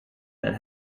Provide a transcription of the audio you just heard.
that